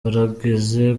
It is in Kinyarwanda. barageze